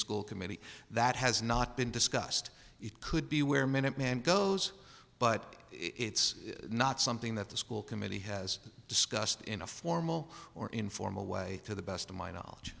school committee that has not been discussed it could be where minuteman goes but it's not something that the school committee has discussed in a formal or informal way to the best of my knowledge